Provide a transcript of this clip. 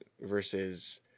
Versus